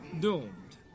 doomed